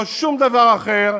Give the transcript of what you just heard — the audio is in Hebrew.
לא שום דבר אחר,